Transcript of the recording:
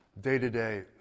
day-to-day